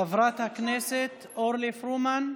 חברת הכנסת אורלי פרומן,